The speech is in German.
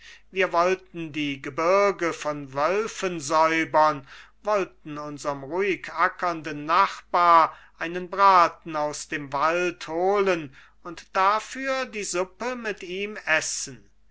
wir wollten die gebirge von wölfen säubern wollten unserm ruhig ackernden nachbar einen braten aus dem wald holen und dafür die suppe mit ihm essen